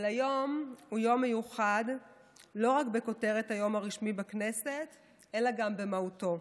אבל היום הוא יום מיוחד לא רק בכותרת היום הרשמי בכנסת אלא גם במהותו,